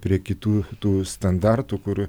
prie kitų tų standartų kur